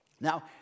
Now